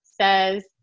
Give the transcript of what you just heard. says